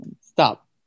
Stop